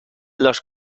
los